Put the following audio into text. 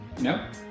No